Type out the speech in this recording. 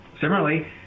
Similarly